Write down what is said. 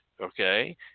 Okay